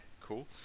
cool